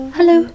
Hello